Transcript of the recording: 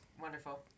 Wonderful